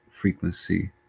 frequency